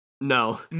No